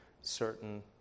certain